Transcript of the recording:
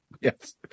Yes